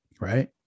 right